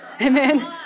amen